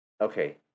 Okay